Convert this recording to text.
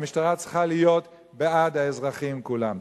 המשטרה צריכה להיות בעד האזרחים כולם.